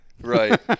Right